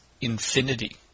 infinity